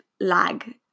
lag